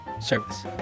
service